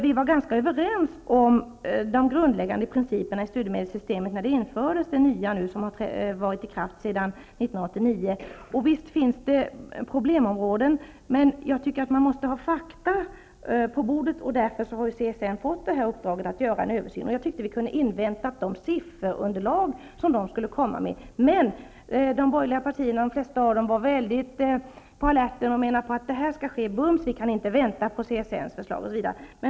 Vi var ganska överens om de grundläggande principerna i det nya studiemedelssystemet när det infördes, och det har nu varit i kraft sedan 1989. Visst finns det problemområden, men jag tycker att man måste ha fakta på bordet, och därförhar CSN fått i uppdrag att göra en översyn. Jag ansåg att vi hade kunnat invänta de sifferunderlag som CSN skulle komma med. Men de flesta borgerliga partierna var mycket på alerten och menade att detta skulle ske bums och att man inte kunde vänta på CSN:s förslag.